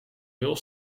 veel